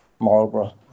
Marlborough